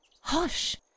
Hush